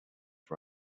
for